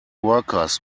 workers